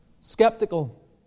skeptical